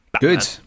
good